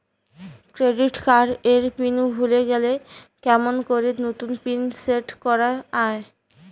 Credit card এর pin ভুলে গেলে কেমন করি নতুন পিন সেট করা য়ায়?